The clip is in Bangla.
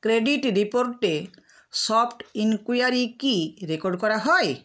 ক্রেডিট রিপোর্টে সফ্ট ইনকুয়ারি কি রেকর্ড করা হয়